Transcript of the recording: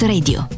Radio